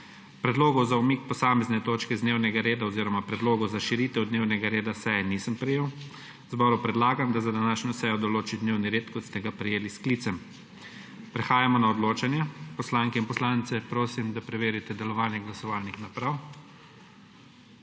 Predlogov za umik posamezne točke z dnevnega reda oziroma predlogov za širitev dnevnega reda seje nisem prejel. Zboru predlagam, da za današnjo sejo določi dnevni red, kot ste ga prejeli s sklicem. Prehajamo na odločanje. Poslanke in poslance prosim, da preverite delovanje glasovalnih naprav.